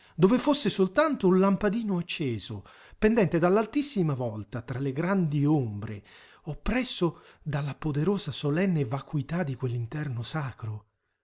dove fosse soltanto un lampadino acceso pendente dall'altissima volta tra le grandi ombre oppresso dalla poderosa solenne vacuità di quell'interno sacro